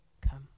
come